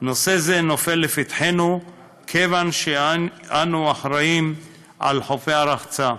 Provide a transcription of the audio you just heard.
נושא זה נופל לפתחנו כיוון שאנו אחראים על חופי הרחצה.